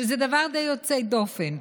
שזה דבר די יוצא דופן,